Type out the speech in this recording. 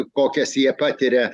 kokias jie patiria